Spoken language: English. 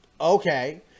Okay